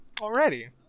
Already